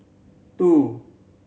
two